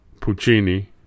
Puccini